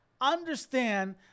Understand